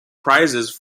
prizes